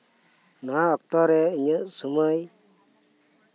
ᱱᱚᱣᱟ ᱚᱠᱛᱚ ᱨᱮ ᱤᱧᱟᱹᱜ ᱥᱚᱢᱚᱭ